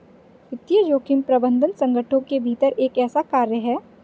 वित्तीय जोखिम प्रबंधन संगठनों के भीतर एक ऐसा कार्य है